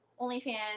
OnlyFans